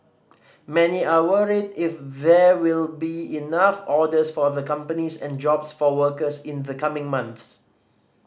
many are worried if there will be enough orders for the companies and jobs for workers in the coming months